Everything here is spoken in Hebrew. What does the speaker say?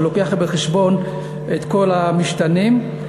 שמביא בחשבון כל המשתנים.